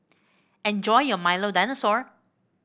enjoy your Milo Dinosaur